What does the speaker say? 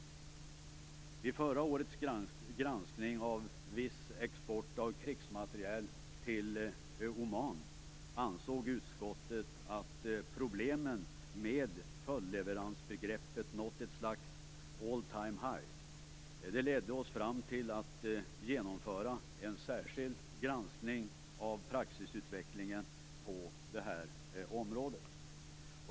Vid förra årets granskning av viss export av krigsmateriel till Oman ansåg utskottet att problemen med följdleveransbegreppet nått ett slags all time high. Det ledde oss fram till att genomföra en särskild granskning av praxisutvecklingen på det här området.